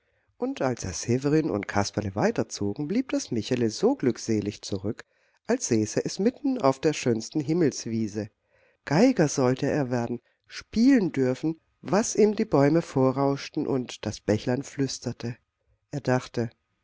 und als herr severin und kasperle weiterzogen blieb das michele so glückselig zurück als säße es mitten auf der schönen himmelswiese geiger sollte er werden spielen dürfen was ihm die bäume vorrauschten und das bächlein flüsterte er dachte